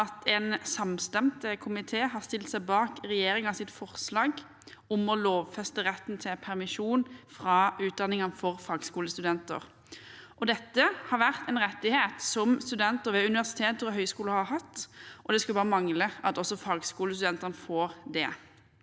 at en samstemt komité har stilt seg bak regjeringens forslag om å lovfeste retten til permisjon fra utdanningen for fagskolestudenter. Dette har vært en rettighet studenter ved universiteter og høyskoler har hatt, og det skulle bare mangle at ikke også fagskolestudentene får det.